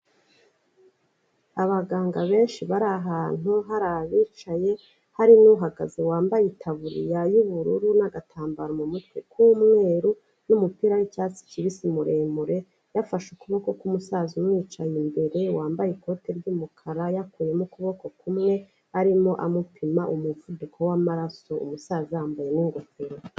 Abaganga benshi bari ahantu hari abicaye, hari n'uhagaze wambaye itaburiya y'ubururu n'agatambaro mu mutwe k'umweru n'umupira w'icyatsi kibisi muremure, yafashe ukuboko k'umusaza umwicaye imbere wambaye ikote ry'umukara yakuyemo ukuboko kumwe, arimo amupima umuvuduko w'amaraso umusaza yambaye n'ingofero.